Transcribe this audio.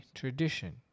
tradition